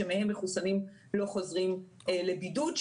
שמהם מחוסנים לא חוזרים לבידוד,